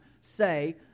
say